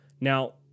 Now